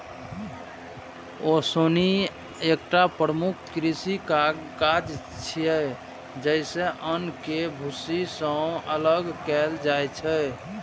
ओसौनी एकटा प्रमुख कृषि काज छियै, जइसे अन्न कें भूसी सं अलग कैल जाइ छै